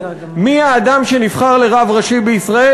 מי האדם שנבחר לרב ראשי בישראל?